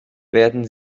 werden